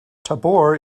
tabor